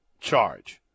charge